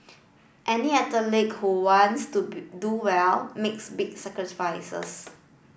any athlete who wants to do well makes big sacrifices